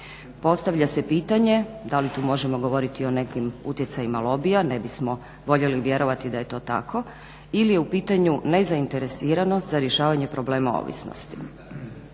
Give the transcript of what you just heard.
Postavlja se pitanje, da li tu možemo govoriti o nekim utjecajima lobija, ne bismo voljeli vjerovati da je to tako ili je u pitanju nezainteresiranost za rješavanje problema ovisnosti.